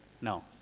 No